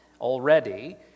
already